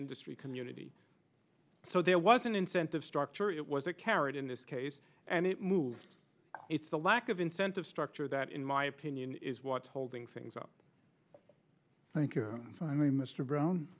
dustry community so there was an incentive structure it was a carrot in this case and it moved it's the lack of incentive structure that in my opinion is what's holding things up thank you finally mr brown